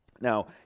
Now